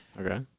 Okay